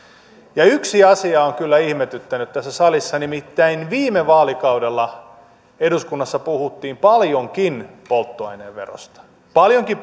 yksi asia on kyllä ihmetyttänyt tässä salissa nimittäin viime vaalikaudella eduskunnassa puhuttiin paljonkin polttoaineverosta paljonkin